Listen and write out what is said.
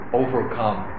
overcome